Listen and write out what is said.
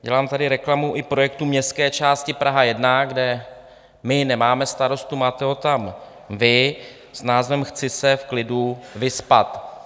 Dělám tady reklamu i projektu městské části Praha 1, kde my nemáme starostu, máte ho tam vy, s názvem Chci se v klidu vyspat.